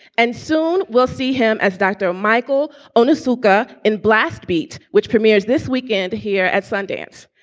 and soon we'll see him as dr. michael only suka in blast beat, which premieres this weekend here at sundance.